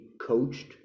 coached